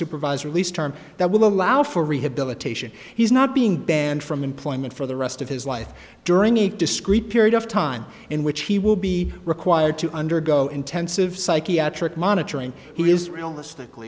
supervised release term that will allow for rehabilitation he's not being banned from employment for the rest of his life during a discrete period of time in which he will be required to undergo intensive psychiatric monitoring he is realistical